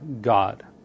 God